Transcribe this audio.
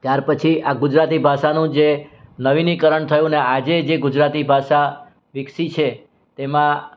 ત્યારપછી આ ગુજરાતી ભાષાનું જે નવીનીકરણ થયું અને આજે જે ગુજરાતી ભાષા વિકસી છે તેમાં